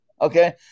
Okay